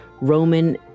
Roman